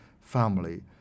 family